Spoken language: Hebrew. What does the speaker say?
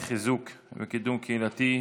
ותעבור לדיון בוועדת החינוך,